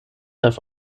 have